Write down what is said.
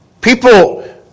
people